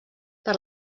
per